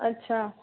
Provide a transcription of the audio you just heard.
अच्छा